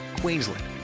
Queensland